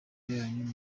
yanyu